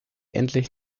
endlich